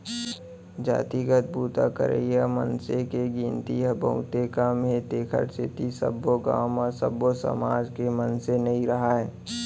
जातिगत बूता करइया मनसे के गिनती ह बहुते कम हे तेखर सेती सब्बे गाँव म सब्बो समाज के मनसे नइ राहय